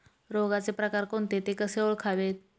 रोगाचे प्रकार कोणते? ते कसे ओळखावे?